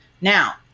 Now